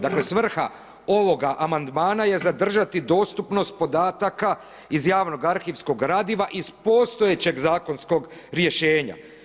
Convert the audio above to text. Dakle svrha ovog amandmana je zadržati dostupnost podataka iz javnog arhivskog gradiva iz postojećeg zakonskog rješenja.